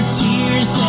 tears